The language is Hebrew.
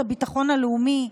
את הביטחון הלאומי,